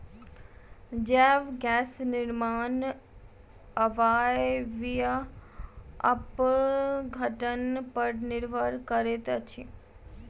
जैव गैस निर्माण अवायवीय अपघटन पर निर्भर करैत अछि